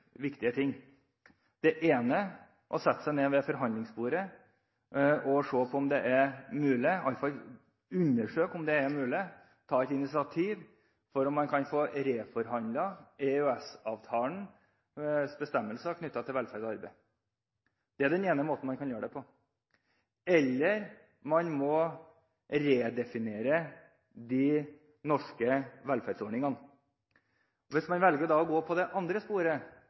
viktige ting. Det ene er å sette seg ned ved forhandlingsbordet og se på om det er mulig – i alle fall undersøke om det er mulig – å ta et initiativ til å få reforhandlet EØS-avtalens bestemmelser knyttet til velferd og arbeid. Det er den ene måten man kan gjøre det på. Eller man kan redefinere de norske velferdsordningene. Hvis man velger å gå for det andre sporet,